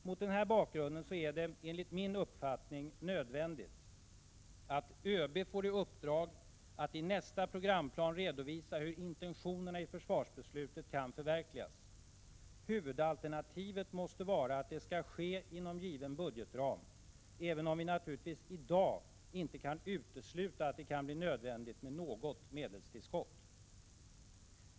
Mot den här bakgrunden är det, enligt min uppfattning, nödvändigt att ÖB får i uppdrag att i nästa programplan redovisa hur intentionerna i försvarsbeslutet kan förverkligas. Huvudalternativet måste vara att det skall ske inom given budgetram, även om vi naturligtvis i dag inte kan utesluta att det kan bli nödvändigt med något medelstillskott.